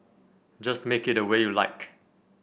just make it the way you like